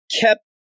kept